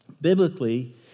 Biblically